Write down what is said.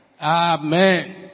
Amen